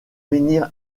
menhir